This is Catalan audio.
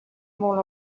molt